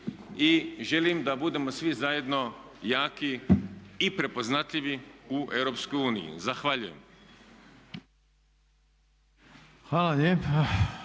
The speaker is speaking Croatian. i želim da budemo svi zajedno jaki i prepoznatljivi u EU. Zahvaljujem.